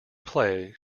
play